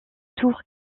tour